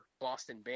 boston